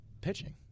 pitching